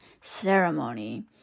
ceremony